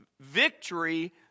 victory